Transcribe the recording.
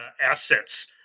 assets